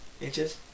inches